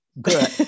Good